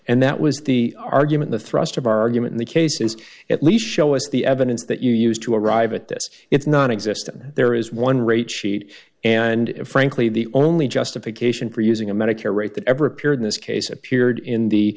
and that was the argument the thrust of our argument in the case is at least show us the evidence that you used to arrive at this it's not existent there is one rate sheet and frankly the only justification for using a medicare rate that ever appeared in this case appeared in